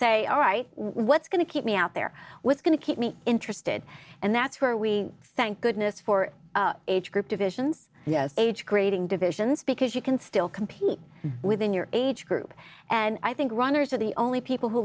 say all right what's going to keep me out there what's going to keep me interested and that's where we thank goodness for age group divisions yes age grading divisions because you can still compete within your age group and i think runners are the only people who